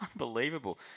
Unbelievable